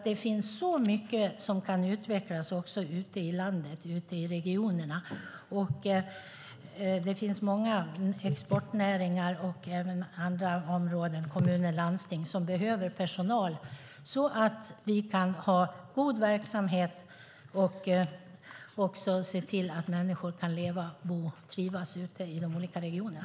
Det finns så mycket som kan utvecklas ute i regionerna i landet. Det finns många exportnäringar och andra, till exempel kommuner och landsting, som behöver personal för att vi ska kunna ha en god verksamhet och för att människor ska kunna leva, bo och trivas ute i de olika regionerna.